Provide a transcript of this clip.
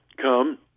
come